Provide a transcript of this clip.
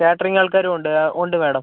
catering ആൾക്കാരും ഉണ്ട് ഉണ്ട് മാഡം